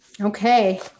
Okay